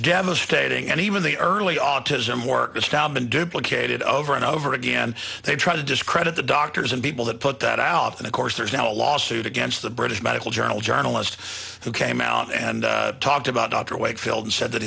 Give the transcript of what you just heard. devastating and even the early autism workers talban duplicated over and over again they tried to discredit the doctors and people that put that out and of course there's now a lawsuit against the british medical journal journalist who came out and talked about dr wakefield and said that